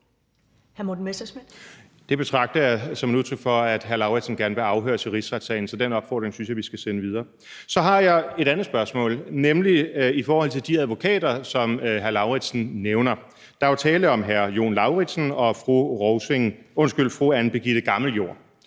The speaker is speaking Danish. Det betragter jeg som et udtryk for, at hr. Karsten Lauritzen gerne vil afhøres i rigsretssagen, så den opfordring synes jeg vi skal sende videre. Så har jeg et andet spørgsmål, nemlig i forhold til de advokater, som hr. Karsten Lauritzen nævner. Der er jo tale om hr. Jon Lauritzen og fru Anne Birgitte Gammeljord.